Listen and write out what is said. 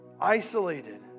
isolated